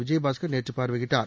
Vijayabaskar நேற்றுபார்வையிட்டார்